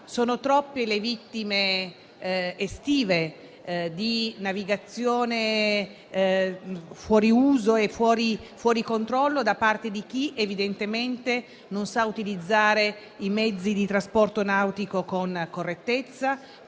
Sono troppe le vittime estive di una navigazione fuori controllo da parte di chi evidentemente non sa utilizzare i mezzi di trasporto nautico con correttezza,